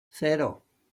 cero